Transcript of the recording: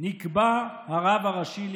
נקבע הרב הראשי לישראל,